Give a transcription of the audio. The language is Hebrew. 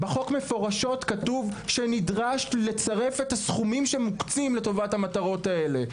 בחוק מפורשות כתוב שנדרש לצרף את הסכומים שמוקצים לטובת המטרות הללו.